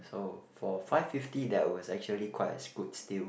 so for five fifty that was actually quite a good steal